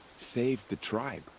saved the tribe.